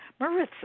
Marissa